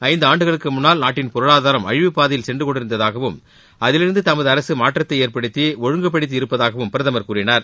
ஐந்தாண்டுகளுக்கு முன்னால் நாட்டின் பொருளாதாரம் அழிவுப்பாதையில் சென்று கொண்டிருந்ததாகவும் அதிலிருந்து தமது அரசு மாற்றத்தை ஏற்படுத்தி ஒழுங்குபடுத்தியிருப்பதாகவும் பிரதமர் கூறினார்